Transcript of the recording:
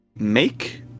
Make